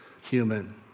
human